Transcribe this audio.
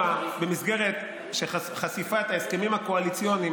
במסגרת של חשיפת ההסכמים הקואליציוניים,